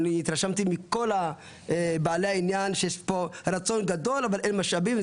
אני התרשמתי מכל בעלי העניין שיש פה רצון גדול אבל אין משאבים,